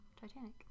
Titanic